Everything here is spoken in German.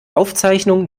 aufzeichnung